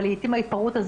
אבל לעיתים ההתפרעות,